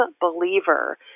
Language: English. believer